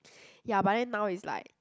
ya but then now is like